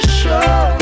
show